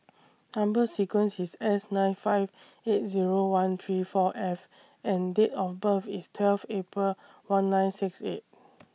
Number sequence IS S nine five eight Zero one three four F and Date of birth IS twelve April one nine six eight